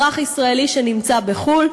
סביב כל אזרח ישראלי שנמצא בחו"ל,